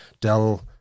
Dell